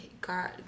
God